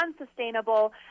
unsustainable